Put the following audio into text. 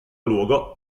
luogo